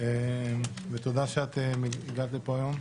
תודה שהגעת לפה היום.